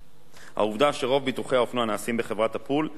העובדה שרוב ביטוחי האופנוע נעשים בחברת "הפול" היא אילוץ,